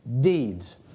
deeds